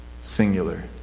singular